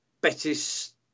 Betis